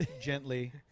gently